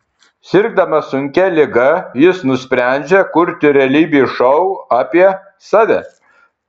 sirgdamas sunkia liga jis nusprendžia kurti realybės šou apie save